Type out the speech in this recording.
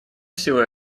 всего